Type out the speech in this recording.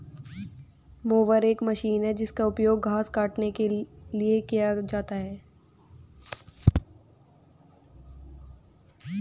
mower एक machine है जिसका उपयोग घास काटने के लिए किया जाता है